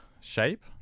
shape